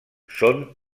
són